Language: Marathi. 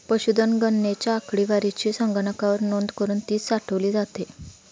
पशुधन गणनेच्या आकडेवारीची संगणकावर नोंद करुन ती साठवली जाते